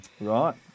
Right